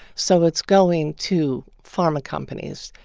so it's going to pharma companies.